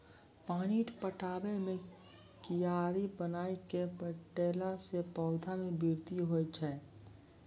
पानी पटाबै मे कियारी बनाय कै पठैला से पौधा मे बृद्धि होय छै?